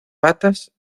patas